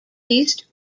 east